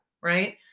Right